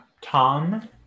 Tom